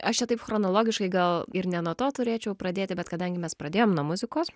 aš čia taip chronologiškai gal ir ne nuo to turėčiau pradėti bet kadangi mes pradėjom nuo muzikos